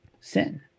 sin